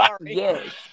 Yes